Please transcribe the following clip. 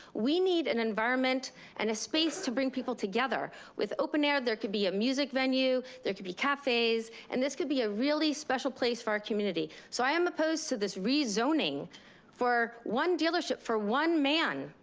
we need an environment and a space to bring people together with open air, there can be a music venue, there could be cafes, and this could be a really special place for our community. so i am opposed to this rezoning for one dealership, for one man,